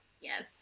Yes